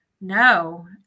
no